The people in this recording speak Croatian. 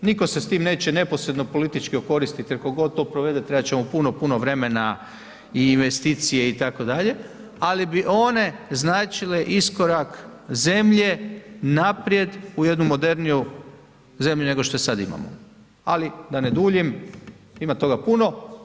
Nitko se s tim neće neposredno politički okoristiti kako god to provede trebat će mu puno, puno vremena i investicije itd., ali bi one značile iskorak zemlje naprijed u jednu moderniju zemlju nego što je sada imamo, ali da ne duljim ima toga puno.